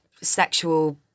sexual